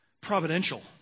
providential